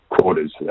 quarters